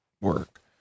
work